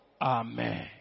amen